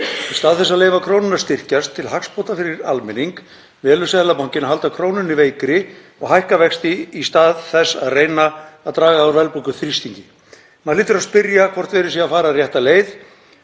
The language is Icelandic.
Í stað þess að leyfa krónunni að styrkjast til hagsbóta fyrir almenning velur Seðlabankinn að halda krónunni veikri og hækka vexti í stað þess að reyna að draga úr verðbólguþrýstingi. Maður hlýtur að spyrja hvort verið sé að fara rétta leið